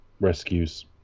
rescues